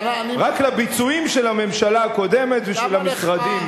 רק לביצועים של הממשלה הקודמת ושל המשרדים,